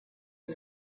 him